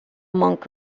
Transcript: monk